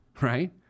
right